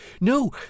No